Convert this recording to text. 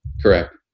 Correct